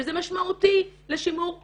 שזה משמעותי לשימור מדריכים.